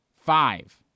Five